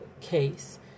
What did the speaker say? case